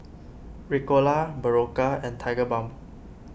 Ricola Berocca and Tigerbalm